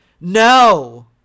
No